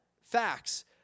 Facts